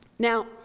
Now